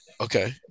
Okay